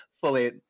fully